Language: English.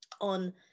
on